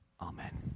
Amen